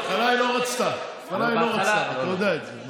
אבל בהתחלה היא לא רצתה, אתה יודע את זה.